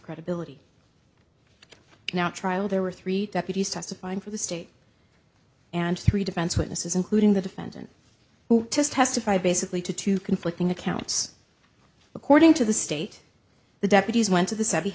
credibility now trial there were three deputies testifying for the state and three defense witnesses including the defendant who just testified basically to two conflicting accounts according to the state the deputies went to th